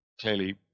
Clearly